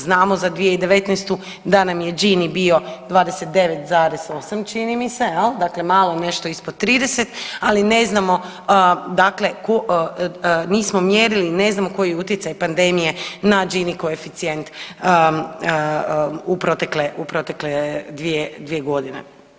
Znamo za 2019. da nam je Gini bio 29,8 čini mi se dakle malo nešto ispod 30, ali ne znamo dakle, nismo mjerili ne znamo koji je utjecaj pandemije na Gini koeficijent u protekle, u protekle 2 godine.